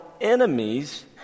enemies